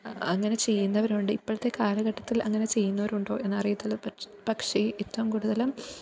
അങ്ങനെ ചെയ്യുന്നവരുണ്ട് ഇപ്പോളത്തെ കാലഘട്ടത്തിൽ അങ്ങനെ ചെയ്യുന്നവരുണ്ടോ എന്നറിയത്തില്ല പക്ഷേ പക്ഷേ ഏറ്റവും കൂടുതലും